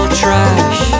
trash